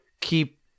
Keep